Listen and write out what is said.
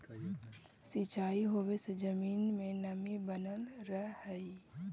सिंचाई होवे से जमीन में नमी बनल रहऽ हइ